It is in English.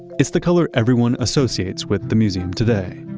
it's the color everyone associates with the museum today.